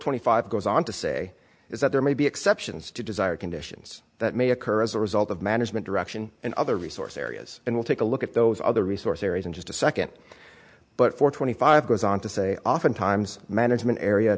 twenty five goes on to say is that there may be exceptions to desired conditions that may occur as a result of management direction and other resource areas and we'll take a look at those other resource areas in just a second but four twenty five goes on to say often times management area